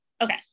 okay